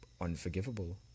unforgivable